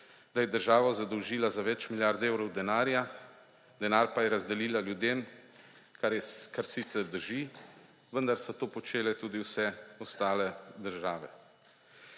da je državo zadolžila za več milijard evrov denarja, denar pa je razdelila ljudem, kar sicer drži, vendar so to počele tudi vse ostale države.